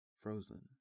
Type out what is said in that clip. frozen